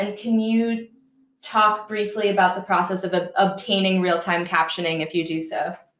and can you talk briefly about the process of of obtaining real-time captioning if you do so